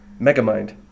Megamind